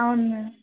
అవును మ్యామ్